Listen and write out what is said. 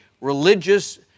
religious